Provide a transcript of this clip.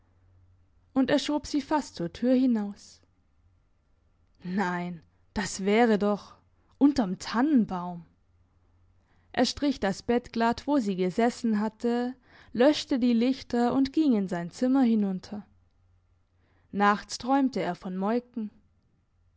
und er schob sie fast zur tür hinaus nein das wäre doch unterm tannenbaum er strich das bett glatt wo sie gesessen hatte löschte die lichter und ging in sein zimmer hinunter nachts träumte er von moiken